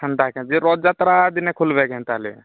କେନ୍ତା କରିବ ରଥଯାତ୍ରା ଦିନେ ଖୋଲିବେ କେନ୍ତା ତାହାଲେ